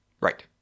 Right